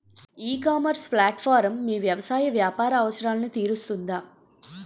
ఈ ecommerce platform మీ వ్యవసాయ వ్యాపార అవసరాలను తీరుస్తుందా?